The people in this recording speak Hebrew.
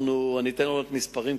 אני אתן מספרים,